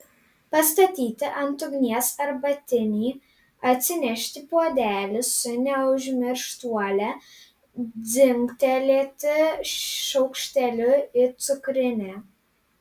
pastatyti ant ugnies arbatinį atsinešti puodelį su neužmirštuole dzingtelėti šaukšteliu į cukrinę